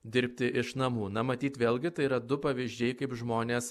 dirbti iš namų na matyt vėlgi tai yra du pavyzdžiai kaip žmonės